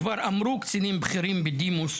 כבר אמרו קצינים בכירים בדימוס,